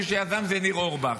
מי שיזם זה ניר אורבך.